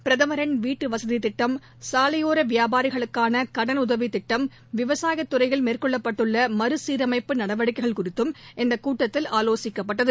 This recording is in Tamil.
பிரதமின் வீட்டுவசதி திட்டம் சாலையோர வியாபாரிகளுக்கான கடனுதவி திட்டம் விவசாய துறையில் மேற்கொள்ளப்பட்டுள்ள மறுசீரமைப்பு நடவடிக்கைகள் குறித்தும் இந்த கூட்டத்தில் ஆலோசிக்கப்பட்டது